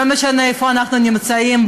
לא משנה איפה אנחנו נמצאים,